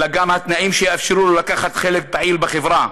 אלא גם התנאים שיאפשרו לו לקחת חלק פעיל בחברה,